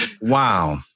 Wow